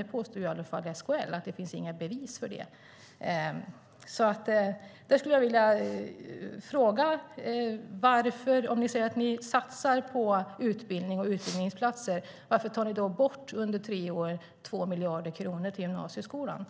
SKL påstår i alla fall att det inte finns några bevis för det. Jag skulle vilja ställa en fråga. Om ni säger att ni satsar på utbildning och utbildningsplatser, varför tar ni då under tre år bort 2 miljarder kronor från gymnasieskolan,